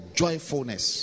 joyfulness